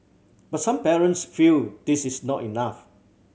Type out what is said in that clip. but some parents feel this is not enough